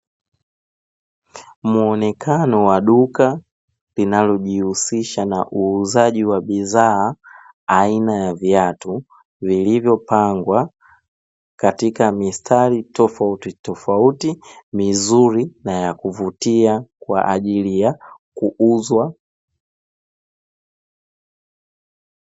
Mwonekano wa duka linalojihusidha na uuzaji wa bidhaa aina ya viatu, vilivyopangwa katika mistari tofautitofauti, mizuri na ya kuvutia kwa ajili ya kuuzwa.